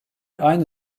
aynı